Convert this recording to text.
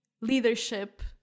leadership